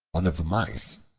one of the mice,